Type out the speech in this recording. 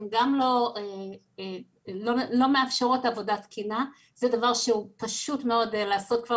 הן גם לא מאפשרות עבודה תקינה וזה דבר שהוא פשוט מאוד לעשות כבר